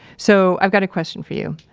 so, i've got a question for you.